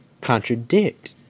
contradict